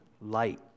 light